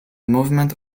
movement